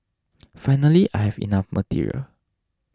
finally I have enough material